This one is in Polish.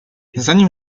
zanim